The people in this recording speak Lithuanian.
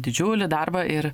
didžiulį darbą ir